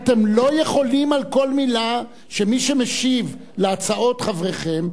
על כל מלה של מי שמשיב על הצעות חבריכם,